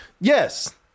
Yes